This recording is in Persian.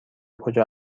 کجا